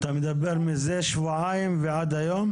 אתה מדבר מזה שבועיים ועד היום?